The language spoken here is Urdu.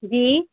جی